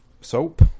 soap